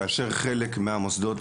כשבחלק מהמוסדות,